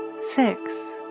Six